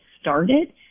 started